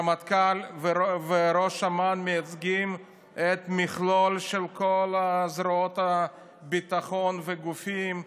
הרמטכ"ל וראש אמ"ן מייצגים את המכלול של כל זרועות הביטחון והגופים.